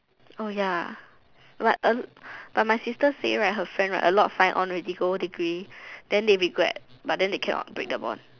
oh ya like a but my sister say right her friend right a lot sign on already go degree then they regret but they cannot break the bond